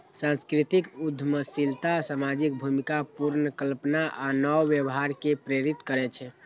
सांस्कृतिक उद्यमशीलता सामाजिक भूमिका पुनर्कल्पना आ नव व्यवहार कें प्रेरित करै छै